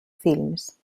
films